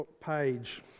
page